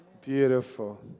Beautiful